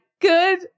good